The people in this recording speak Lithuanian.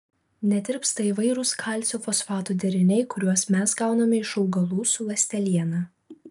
netirpsta įvairūs kalcio fosfatų deriniai kuriuos mes gauname iš augalų su ląsteliena